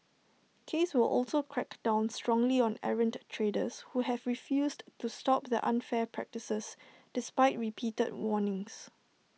case will also crack down strongly on errant traders who have refused to stop their unfair practices despite repeated warnings